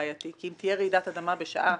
בעייתי כי אם תהיה רעידת אדמה בשעה